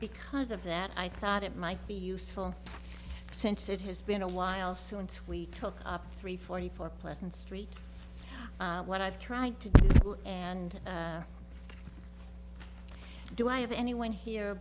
because of that i thought it might be useful since it has been a while since we took up three forty four pleasant street what i've tried to do and do i have anyone here